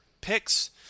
picks